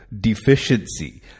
deficiency